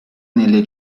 nelle